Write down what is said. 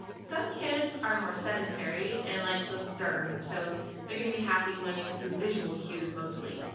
some kids are more sedentary and like to observe and so they're gonna be happy learning through visual cues mostly.